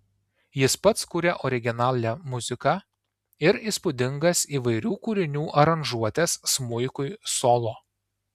jis pats kuria originalią muziką ir įspūdingas įvairių kūrinių aranžuotes smuikui solo